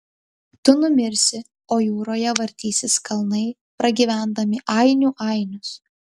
tu numirsi o jūroje vartysis kalnai pragyvendami ainių ainius